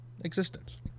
existence